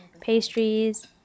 pastries